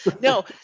No